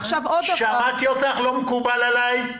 לא מקובל עלי.